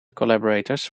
collaborators